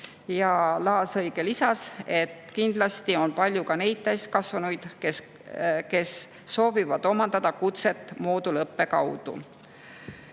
Ja Laasi-Õige lisas, et kindlasti on palju ka neid täiskasvanuid, kes soovivad omandada kutset moodulõppe kaudu.